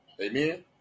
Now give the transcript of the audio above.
Amen